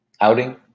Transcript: Outing